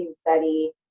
study